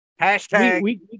Hashtag